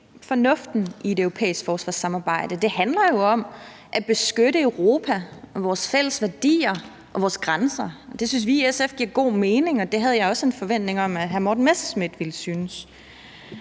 fornuften i et europæisk forsvarssamarbejde. Det handler jo om at beskytte Europa, vores fælles værdier og vores grænser. Det synes vi i SF giver god mening, og det havde jeg også en forventning om at hr. Morten Messerschmidt ville synes.